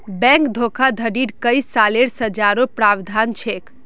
bank धोखाधडीत कई सालेर सज़ारो प्रावधान छेक